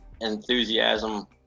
enthusiasm